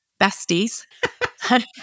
besties